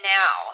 now